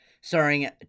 Starring